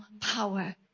power